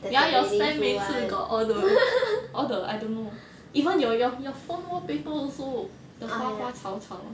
ya your spam 每次 got all the all the I don't know even your your your phone wallpaper also the 花花草草